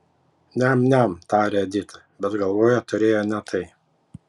niam niam tarė edita bet galvoje turėjo ne tai